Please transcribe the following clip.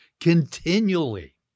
continually